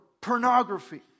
pornography